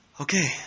Okay